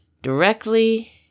directly